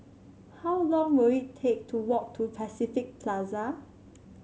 how long will it take to walk to Pacific Plaza